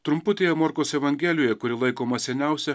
trumputėje morkaus evangelijoje kuri laikoma seniausia